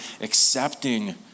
Accepting